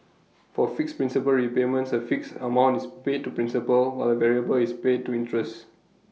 for fixed principal repayments A fixed amount is paid to principal while A variable is paid to interest